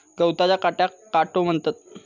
गवताच्या काट्याक काटो म्हणतत